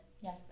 Yes